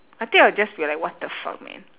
I think I'll just be like what the fuck man